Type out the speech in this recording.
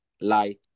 light